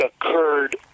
occurred